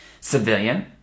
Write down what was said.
civilian